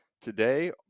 today